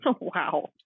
Wow